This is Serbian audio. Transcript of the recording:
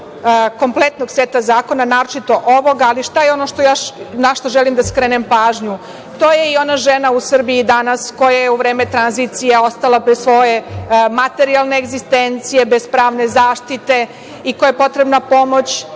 kompletnog seta zakona, naročito ovoga, ali šta je ono na šta još želim da skrenem pažnju, to je i ona žena u Srbiji danas koja je u vreme tranzicija ostala bez svoje materijalne egzistencije, bez pravne zaštite i kojoj je potrebna pomoć,